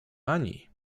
ani